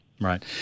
Right